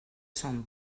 son